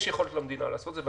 יש יכולת למדינה לעשות את זה,